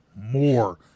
more